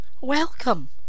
Welcome